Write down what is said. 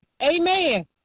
amen